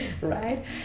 right